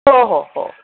हो हो हो